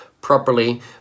properly